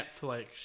Netflix